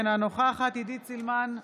אינה נוכחת עידית סילמן,